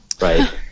right